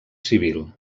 civil